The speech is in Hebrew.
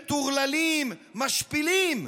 מטורללים, משפילים,